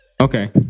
Okay